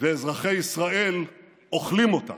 ואזרחי ישראל אוכלים אותה.